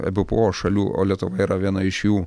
ebpo šalių o lietuva yra viena iš jų